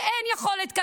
כי אין יכולת כלכלית.